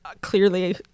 clearly